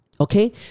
Okay